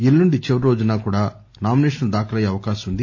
ఎల్లుండి చివరి రోజు కూడా నామిసేషన్లు దాఖలయ్యే అవకాశం ఉంది